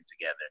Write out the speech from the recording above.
together